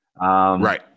right